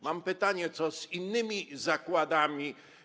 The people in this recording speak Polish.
Mam pytanie: Co z innymi zakładami?